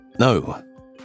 No